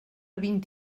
vint